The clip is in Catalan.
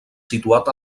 situat